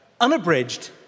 unabridged